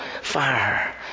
fire